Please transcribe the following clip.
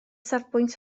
safbwynt